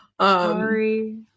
sorry